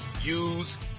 use